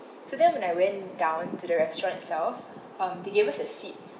so then when I went down to the restaurant itself um they gave us a seat